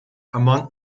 among